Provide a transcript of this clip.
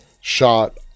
shot